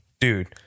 dude